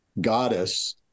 goddess